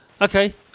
Okay